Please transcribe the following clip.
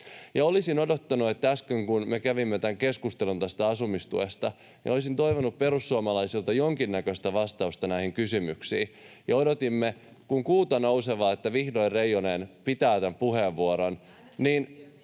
Olisin toivonut äsken, kun me kävimme keskustelun asumistuesta, perussuomalaisilta jonkinnäköistä vastausta näihin kysymyksiin. Odotimme kuin kuuta nousevaa, että vihdoin Reijonen pitää puheenvuoron, mutta sitten